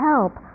help